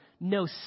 no